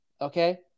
Okay